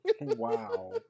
Wow